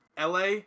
LA